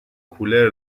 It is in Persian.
کولر